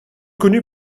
connu